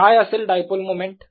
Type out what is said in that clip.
काय असेल dipole moment